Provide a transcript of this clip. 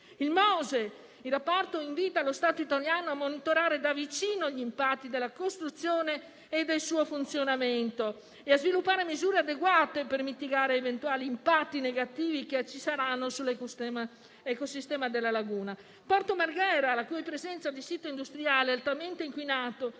rapporto invita lo Stato italiano a monitorarne da vicino gli impatti della costruzione e del funzionamento e a sviluppare misure adeguate per mitigare eventuali impatti negativi che ci saranno sull'ecosistema della laguna. Quanto a Porto Marghera, la cui presenza di sito industriale altamente inquinato